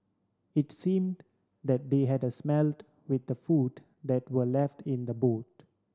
it seemed that they had smelt with the food that were left in the boot